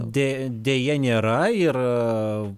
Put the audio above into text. deja deja nėra ir